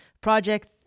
Project